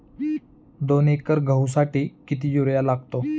दोन एकर गहूसाठी किती युरिया लागतो?